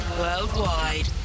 worldwide